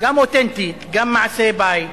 גם אותנטי, גם מעשה בית,